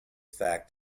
fact